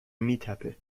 میتپه